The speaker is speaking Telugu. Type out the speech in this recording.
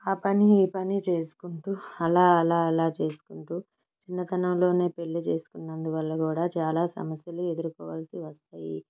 ఆ పని ఈ పని చేసుకుంటూ అలా అలా అలా చేసుకుంటూ చిన్నతనంలోనే పెళ్లి చేసుకున్నందు వల్ల కూడా చాలా సమస్యలు ఎదురుకోవలసి వస్తాయి